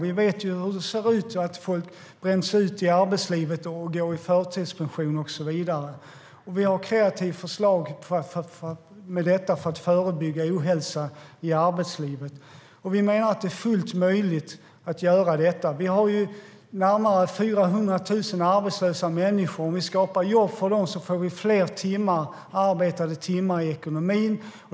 Vi vet hur det ser ut; folk bränns ut i arbetslivet och går i förtida pension och så vidare. Vi har kreativa förslag för att förebygga ohälsa i arbetslivet. Och vi menar att det är fullt möjligt att göra detta. Om vi skapar jobb för de närmare 400 000 arbetslösa människor som vi har i dag får vi fler arbetade timmar i ekonomin.